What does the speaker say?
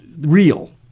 real